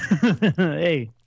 Hey